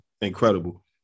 incredible